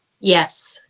yes.